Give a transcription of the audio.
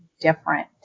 different